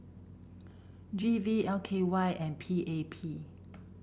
G V L K Y and P A P